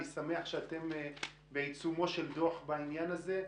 אני שמח שאתם בעיצומו של דוח בעניין הזה.